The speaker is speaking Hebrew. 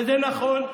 וזה נכון,